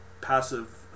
passive